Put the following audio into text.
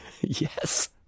Yes